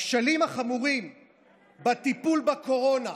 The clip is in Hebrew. הכשלים החמורים בטיפול בקורונה,